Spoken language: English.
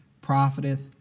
profiteth